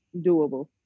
doable